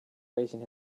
raising